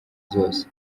zose